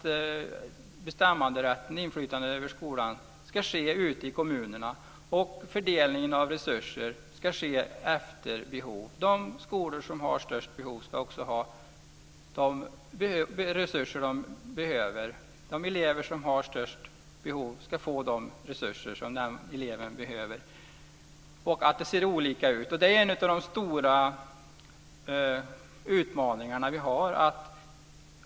Bestämmanderätten och inflytandet över skolan ska finnas ute i kommunerna, och fördelningen av resurser ska ske efter behov. De skolor som har störst behov ska också få de resurser som de behöver. De elever som har störst behov ska få de resurser som de behöver. Att det ser olika ut är en av de stora utmaningar vi har.